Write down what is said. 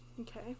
Okay